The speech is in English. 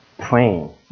praying